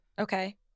Okay